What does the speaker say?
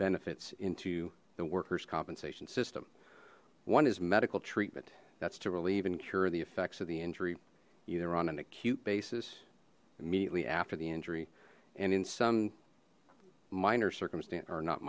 benefits into the workers compensation system one is medical treatment that's to relieve and cure the effects of the injury either on an acute basis immediately after the injury and in some minor circumstance or not